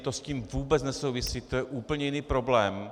To s tím vůbec nesouvisí, to je úplně jiný problém.